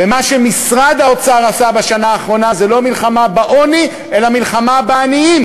ומה שמשרד האוצר עשה בשנה האחרונה זה לא מלחמה בעוני אלא מלחמה בעניים,